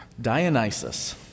Dionysus